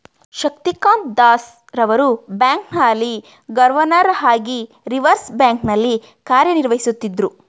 ಶಕ್ತಿಕಾಂತ್ ದಾಸ್ ರವರು ಬ್ಯಾಂಕ್ನ ಹಾಲಿ ಗವರ್ನರ್ ಹಾಗಿ ರಿವರ್ಸ್ ಬ್ಯಾಂಕ್ ನಲ್ಲಿ ಕಾರ್ಯನಿರ್ವಹಿಸುತ್ತಿದ್ದ್ರು